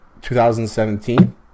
2017